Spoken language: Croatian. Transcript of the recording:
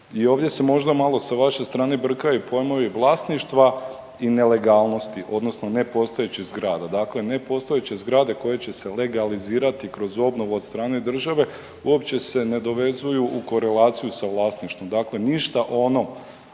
i ovdje se možda malo sa vaše strane brkaju pojmovi vlasništva i nelegalnosti, odnosno nepostojećih zgrada. Dakle nepostojeće zgrade koje će se legalizirati kroz obnovu od strane države uopće se ne dovezuju u korelaciju sa vlasništvom. Dakle ništa ono